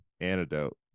antidote